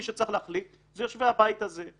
מי שצריך להחליט אלה יושבי הבית הזה,